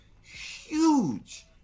huge